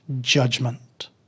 judgment